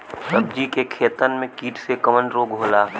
सब्जी के खेतन में कीट से कवन रोग होला?